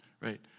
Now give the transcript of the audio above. right